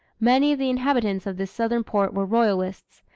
many of the inhabitants of this southern port were royalists,